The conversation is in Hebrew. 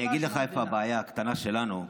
אני אגיד לך איפה הבעיה הקטנה שלנו.